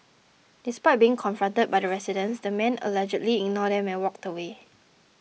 despite being confronted by the residents the man allegedly ignored them and walked away